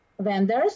vendors